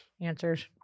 answers